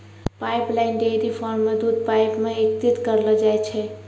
pipeline dairy farm म दूध pipe सें एकत्रित करलो जाय छै